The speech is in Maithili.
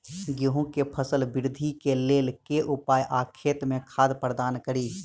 गेंहूँ केँ फसल वृद्धि केँ लेल केँ उपाय आ खेत मे खाद प्रदान कड़ी?